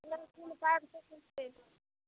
एहन कोन काज छै जे छुटतै